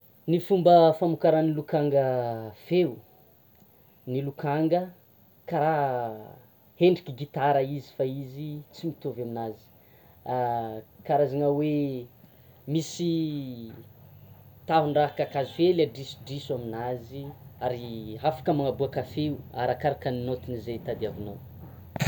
Ny fomba famokaran'ny lokanga feo, ny lokanga kara hendrika gitara izy fa izy tsy mitovy aminazy, karazana hoe misy tahon-draha kakazo hely adrisodriso aminazy ary hafaka manaboka feo arakaraka ny naotiny zay tadivinao.